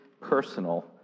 personal